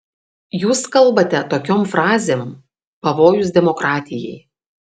jūs kalbate tokiom frazėm pavojus demokratijai